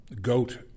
GOAT